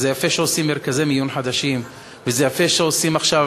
ויפה שעושים מרכזי מיון חדשים,